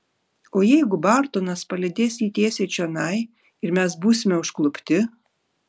o jeigu bartonas palydės jį tiesiai čionai ir mes būsime užklupti